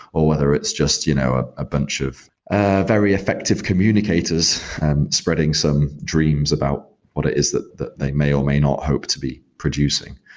or whether it's just you know ah a bunch of very effective communicators and spreading some dreams about what it is that that they may or may not hope to be producing.